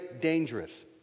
dangerous